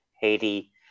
Haiti